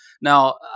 Now